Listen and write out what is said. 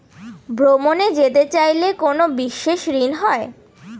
ভ্রমণে যেতে চাইলে কোনো বিশেষ ঋণ হয়?